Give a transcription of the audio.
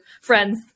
friends